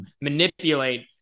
manipulate